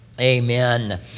Amen